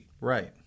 right